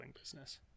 business